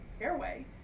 airway